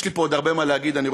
יש לי פה עוד הרבה מה להגיד, אבל